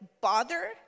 bother